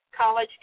college